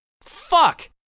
fuck